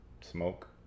smoke